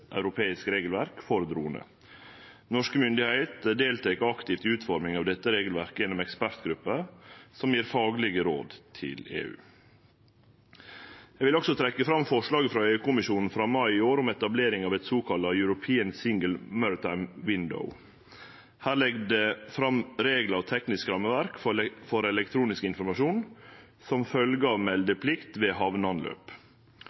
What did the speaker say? europeisk regelverk for dronar. Norske myndigheiter deltek aktivt i utforminga av dette regelverket gjennom ekspertgrupper som gjev faglege råd til EU. Eg vil også trekkje fram forslaget frå EU-kommisjonen frå mai i år om etablering av eit sokalla European Single Maritime Window. Her legg ein fram reglar og teknisk rammeverk for elektronisk informasjon som